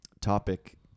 topic